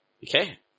Okay